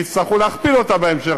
ויצטרכו להכפיל אותה בהמשך,